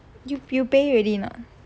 you you pay already or not